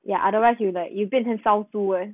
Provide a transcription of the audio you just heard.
ya otherwise you like you 变成烧猪 eh